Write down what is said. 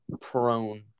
prone